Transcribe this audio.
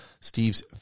Steve's